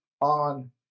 on